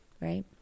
right